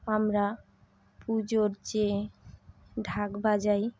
আমরা পুজোর যে ঢাক বাজাই